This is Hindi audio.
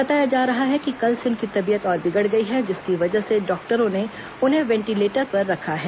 बताया जा रहा है कि कल से उनकी तबीयत और बिगड़ गई है जिसकी वजह से डॉक्टरों ने उन्हें वेंटिलेटर पर रखा है